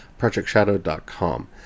projectshadow.com